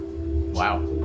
Wow